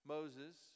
Moses